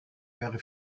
wäre